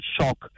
shock